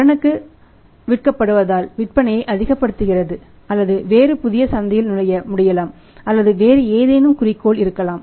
கடனுக்கு விற்கப்படுவதால் விற்பனையை அதிகப்படுத்துகிறது அல்லது வேறு புதிய சந்தையில் நுழைய முடியலாம் அல்லது வேறு ஏதேனும் குறிக்கோள் இருக்கலாம்